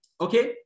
Okay